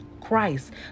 Christ